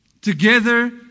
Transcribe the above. Together